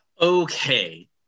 Okay